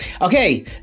Okay